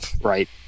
Right